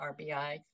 RBI